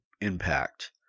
impact